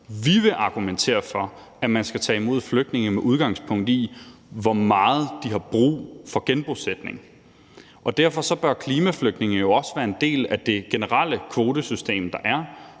Vi vil argumentere for, at man skal tage imod flygtninge med udgangspunkt i, hvor meget de har brug for genbosætning, og derfor bør klimaflygtninge jo også være en del af det generelle kvotesystem, der er.